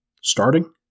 starting